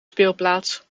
speelplaats